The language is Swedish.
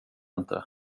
inte